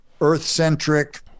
earth-centric